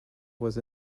was